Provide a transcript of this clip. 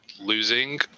losing